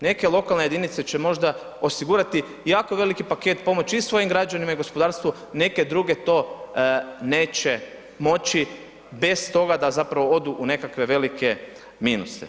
Neke lokalne jedinice će možda osigurati jako veliki paket pomoć i svojim građanima i gospodarstvu, neke druge to neće moći bez toga da zapravo odu u nekakve velike minuse.